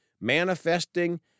manifesting